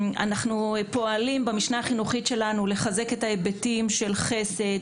אנחנו פועלים במשנה החינוכית שלנו לחזק את ההיבטים של חסד,